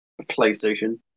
PlayStation